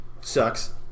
sucks